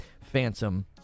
Phantom